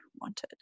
wanted